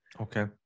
okay